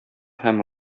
һәм